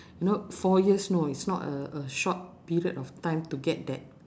you know four years know it's not a a short period of time to get that